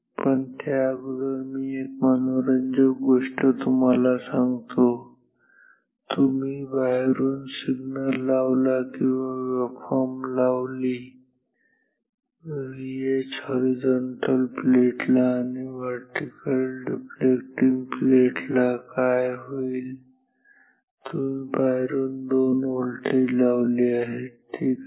पण त्या अगोदर मी एक मनोरंजक गोष्ट तुम्हाला सांगतो तुम्ही बाहेरून सिग्नल लावला किंवा वेव्हफॉर्म लावली VH हॉरिझॉन्टल डिफ्लेक्शन प्लेट ला आणि वर्टीकल डिफ्लेक्शन प्लेट ला काय होईल जर तुम्ही बाहेरून दोन व्होल्टेज लावले ठीक आहे